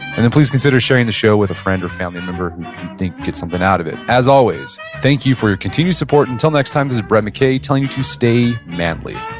and and please consider sharing the show with a friend or family member you think get something out of it as always, thank you for your continued support. until next time this is brett mckay telling you to stay manly